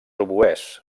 oboès